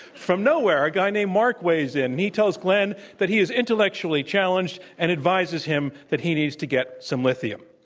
from nowhere, a guy named mark weighs in. he tells glen that he is intellectually challenged and advises him that he needs to get some lithium.